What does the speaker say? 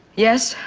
yes,